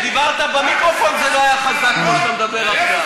כשדיברת במיקרופון זה לא היה חזק כמו שאתה מדבר עכשיו.